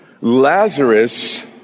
Lazarus